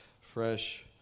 fresh